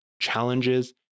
challenges